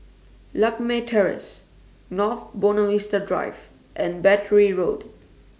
Lakme Terrace North Buona Vista Drive and Battery Road